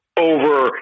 over